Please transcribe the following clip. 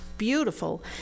beautiful